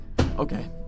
Okay